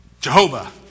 Jehovah